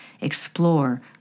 explore